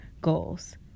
goals